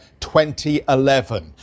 2011